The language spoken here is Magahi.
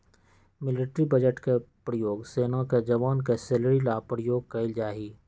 मिलिट्री बजट के प्रयोग सेना के जवान के सैलरी ला प्रयोग कइल जाहई